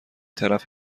طرف